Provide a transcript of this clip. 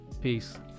Peace